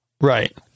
Right